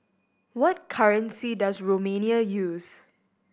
what currency does Romania use